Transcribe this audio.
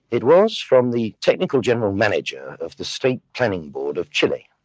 it was from the technical general manager of the state planning board of chile.